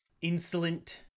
insolent